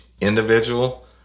individual